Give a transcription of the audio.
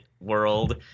world